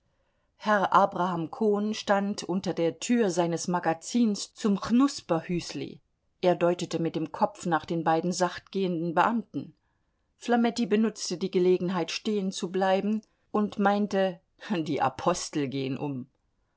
herr abraham cohn stand unter der tür seines magazins zum chnusperhüsli er deutete mit dem kopf nach den beiden sacht gehenden beamten flametti benutzte die gelegenheit stehenzubleiben und meinte die apostel gehen um